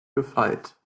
gefeit